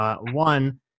One